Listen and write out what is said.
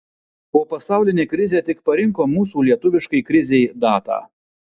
o pasaulinė krizė tik parinko mūsų lietuviškai krizei datą